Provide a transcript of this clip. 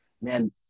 man